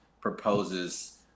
proposes